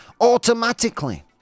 automatically